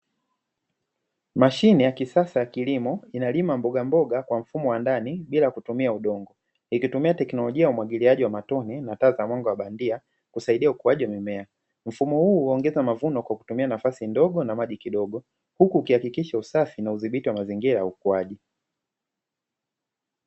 Mashine ya kisasa ya kilimo, inalima mbogamboga kwa mfumo wa ndani bila kutumia udongo ,ikitumia teknolojia ya umwagiliaji wa matone na taa za mwanga wa bandia kusaidia ukuaji wa mimea. Mfumo huu huongeza mavuno kwa kutumia nafasi ndogo na maji kidogo huku ukihakikisha usafi na udhibiti wa mazingira ya ukuaji.